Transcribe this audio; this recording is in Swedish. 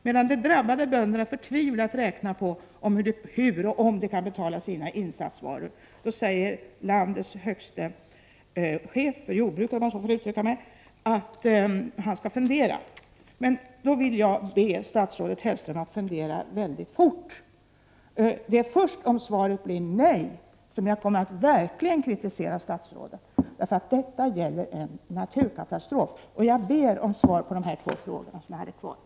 Medan de drabbade bönderna förtvivlat räknar på hur och om de kan betala sina insatsvaror, säger landets högste chef för jordbruket — om jag så får uttrycka mig — att han skall fundera. Då vill jag be statsrådet Hellström att fundera väldigt fort. Det är först om svaret blir nej som jag kommer att verkligen kritisera statsrådet. Detta gäller en naturkatastrof, och jag ber om svar på de frågor som jag har ställt.